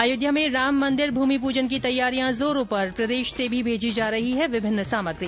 अयोध्या में राम मंदिर भूमि प्रजन की तैयारियां जोरों पर प्रदेश से भी भेजी जा रही है विभिन्न सामग्री